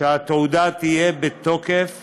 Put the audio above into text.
שהתעודה תהיה בתוקף